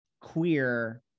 queer